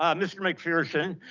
um mr. mcpherson?